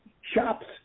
shops